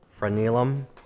Frenulum